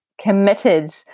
committed